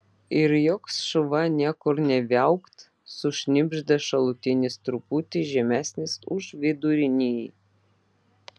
ir joks šuva niekur nė viaukt sušnibžda šalutinis truputį žemesnis už vidurinįjį